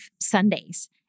Sundays